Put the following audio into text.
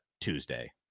Tuesday